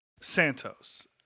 Santos